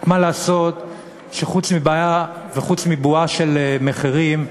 רק מה לעשות שחוץ מבועה של מחירים,